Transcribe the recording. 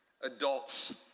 Adults